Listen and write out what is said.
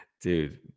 Dude